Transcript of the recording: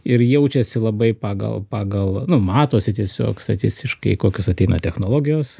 ir jaučiasi labai pagal pagal nu matosi tiesiog statistiškai kokios ateina technologijos